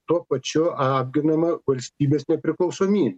tuo pačiu apginama valstybės nepriklausomy